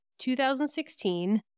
2016